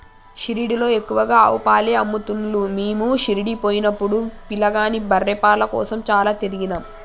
షిరిడీలో ఎక్కువగా ఆవు పాలే అమ్ముతున్లు మీము షిరిడీ పోయినపుడు పిలగాని బర్రె పాల కోసం చాల తిరిగినం